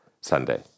Sunday